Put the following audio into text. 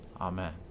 Amen